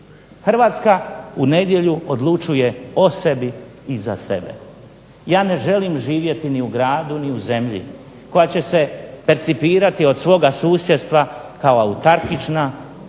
Hrvatska u nedjelju odlučuje o sebi i za sebe, ja ne želim živjeti ni u gradu ni u zemlji koja će se percipirati od svoga susjedstva kao autarkična,